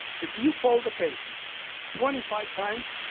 if we fold a paper twenty five times,